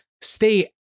stay